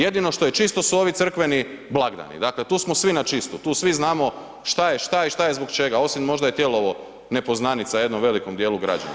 Jedino što je čisto su ovi crkveni blagdani, dakle tu smo svi na čistu, tu svi znamo šta je šta i šta je zbog čega osim možda je Tijelovo nepoznanica jednom velikom dijelu građana.